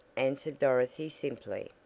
answered dorothy simply.